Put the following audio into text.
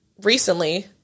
recently